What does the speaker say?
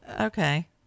okay